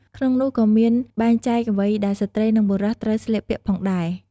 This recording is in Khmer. ក្នុងនោះក៏មានបែងចែកអ្វីដែលស្ត្រី និង បុរសត្រូវស្លៀកពាក់ផងដែរ។